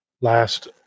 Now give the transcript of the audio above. last